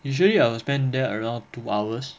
usually I'll spend there around two hours